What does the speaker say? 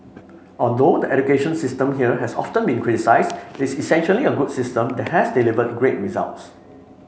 although the education system here has often been criticised it is essentially a good system that has delivered great results